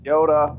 Yoda